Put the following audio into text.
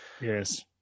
Yes